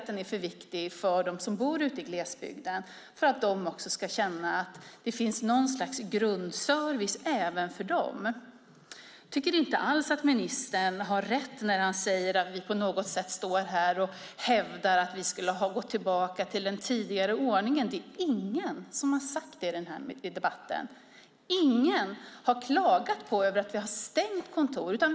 Den är viktig för dem som bor i glesbygden, så att de ska känna att det finns något slags grundservice även för dem. Jag tycker inte alls att ministern har rätt när han säger att vi står här och hävdar att vi skulle ha gått tillbaka till den tidigare ordningen. Det är ingen som har sagt det i den här debatten. Ingen har klagat över att kontor har stängts.